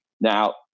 Now